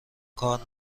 کار